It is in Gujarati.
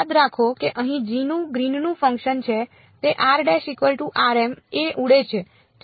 યાદ રાખો કે અહીં g નું ગ્રીનનું ફંક્શન છે તે એ ઉડે છે